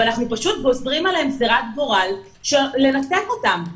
אנחנו גוזרים עליהם גזירת גורל לנתק אותם.